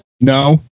no